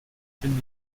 bin